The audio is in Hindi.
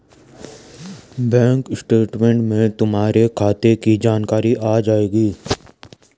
बैंक स्टेटमैंट में तुम्हारे खाते की जानकारी आ जाएंगी